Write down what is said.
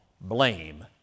blame